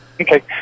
Okay